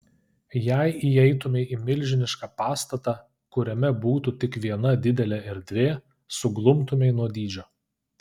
jei įeitumei į milžinišką pastatą kuriame būtų tik viena didelė erdvė suglumtumei nuo dydžio